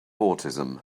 autism